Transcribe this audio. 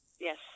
Yes